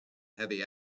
heavy